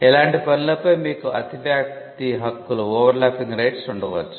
ఇలాంటి పనులపై మీకు అతివ్యాప్తి హక్కులు ఉండవచ్చు